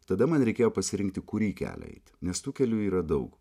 tada man reikėjo pasirinkti kurį kelią eiti nes tų kelių yra daug